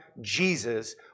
Jesus